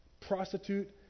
prostitute